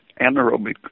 anaerobic